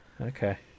Okay